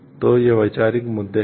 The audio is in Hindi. तो ये वैचारिक मुद्दे हैं